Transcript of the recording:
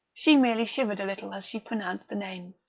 she merely shivered a little as she pronounced the name.